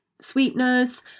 sweeteners